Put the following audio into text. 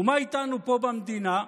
ומה איתנו פה במדינה?